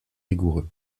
rigoureux